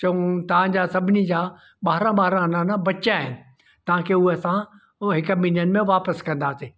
चऊं तव्हांजा सभिनि जा ॿारहं ॿारहं आना न बचिया आहिनि तव्हांखे उहे असां हिकु ॿिनि ॾींहनि में वापिसि कंदासीं